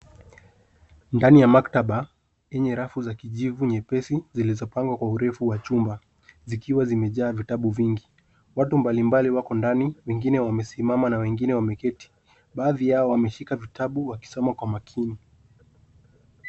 Ndani ya maktaba yenye rafu za kijivu nyepesi zilizopangwa kwa urefu wa chumba zikiwa zimejaa vitabu vingi. Watu mbalimbali wako ndani wengine wamesimama na wengine wameketi. Baadhi yao wameshika vitabu wakisoma kwa makini.